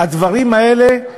הדברים האלה,